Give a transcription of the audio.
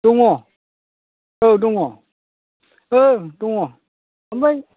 दङ औ दङ ओं दङ ओमफ्राय